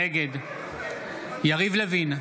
נגד יריב לוין,